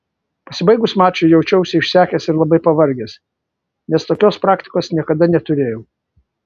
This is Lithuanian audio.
pasibaigus mačui jaučiausi išsekęs ir labai pavargęs nes tokios praktikos niekada neturėjau